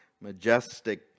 majestic